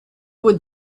would